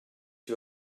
you